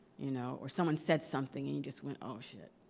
you know or someone said something and you just went, oh, shit.